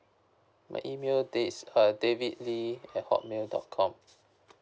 my email this uh david lee at hotmail dot com